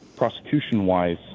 Prosecution-wise